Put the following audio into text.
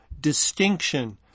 distinction